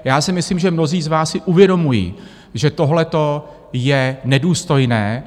Já si myslím, že mnozí z vás si uvědomují, že tohleto je nedůstojné.